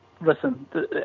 listen